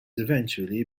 eventually